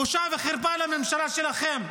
בושה וחרפה לממשלה שלכם.